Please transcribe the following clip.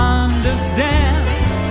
understands